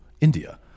India